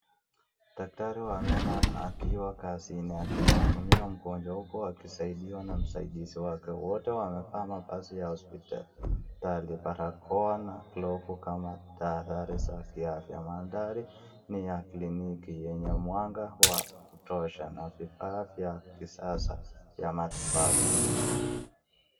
Daktari wa meno akiwa kazini akimhudumia mgonjwa huku akisaidiwa na msaidizi wake, wote wamevaa mavazi ya hosiptali, barakoa na glovu kama tahadhari za kiafya, mandhari ni ya kliniki yenye mwanga wa kutosha na vifaa vya kisasa ya matibabu.